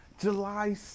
July